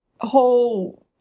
whole